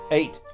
eight